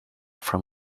from